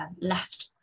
left